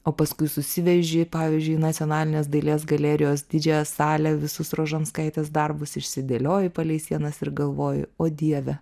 o paskui susiveži pavyzdžiui nacionalinės dailės galerijos didžiąją salę visus rožanskaitės darbus išsidėlioju palei sienas ir galvoju o dieve